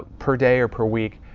per day or per week?